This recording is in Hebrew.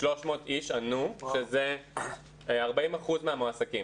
7,300 איש ענו, שהם 40% מהמועסקים.